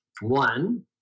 One